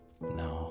No